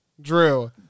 Drew